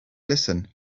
listen